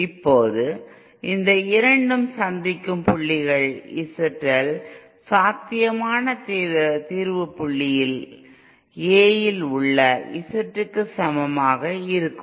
இப்போது இந்த இரண்டும் சந்திக்கும் புள்ளிகள் ZLசாத்தியமான தீர்வு புள்ளிகளில் A யில் உள்ள Z க்கு சமமாக இருக்கும்